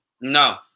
No